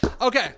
Okay